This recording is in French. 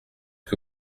que